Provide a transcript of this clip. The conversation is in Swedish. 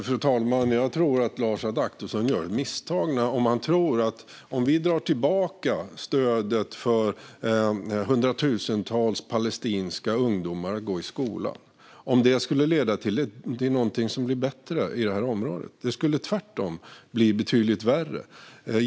Fru talman! Jag tror att Lars Adaktusson misstar sig om han tror att om vi drar tillbaka stödet för hundratusentals palestinska ungdomar att gå i skolan skulle det leda till att någonting blir bättre i det här området. Det skulle tvärtom bli betydligt värre.